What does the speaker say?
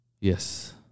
Yes